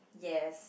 yes